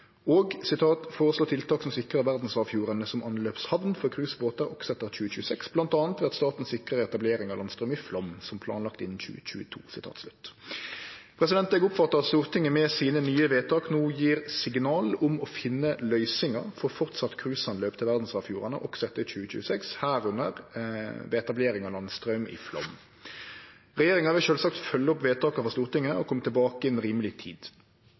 Og vidare, i vedtak 691: «foreslå tiltak som sikrer verdensarvfjordene som anløpshavn for cruisebåter også etter 2026, blant annet ved at staten sikrer etablering av landstrøm i Flåm som planlagt innen 2022.» Eg oppfattar at Stortinget med sine nye vedtak no gjev signal om å finne løysingar for framleis å ha cruiseanløp til verdsarvfjordane også etter 2026, medrekna etablering av landstraum i Flåm. Regjeringa vil sjølvsagt følgje opp vedtaka frå Stortinget og kome tilbake innan rimeleg tid.